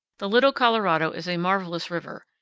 the little colorado is a marvelous river.